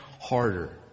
harder